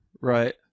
right